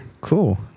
Cool